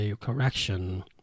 correction